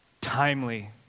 timely